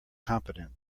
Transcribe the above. competent